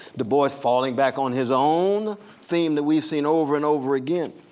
du bois falling back on his own theme that we've seen over and over again.